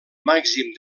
màxim